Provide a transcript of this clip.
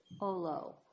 Olo